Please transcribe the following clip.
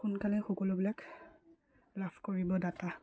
সোনকালে সকলোবিলাক লাভ কৰিব ডাটা